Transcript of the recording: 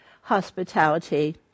hospitality